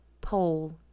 Pole